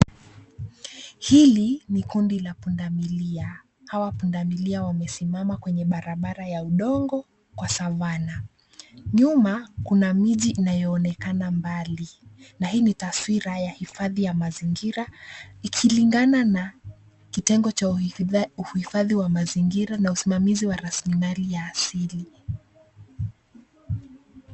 Hili ni kundi la pundamilia. Hawa pundamilia wamesimama kwenye barabara ya udongo kwa savana. Nyuma, kuna mji inayoonekana mbali na hii ni taswira ya hifadhi ya mazingira ikilingana na kitengo cha uhifadhi wa mazingira na usimamizi wa raslimali ya asili.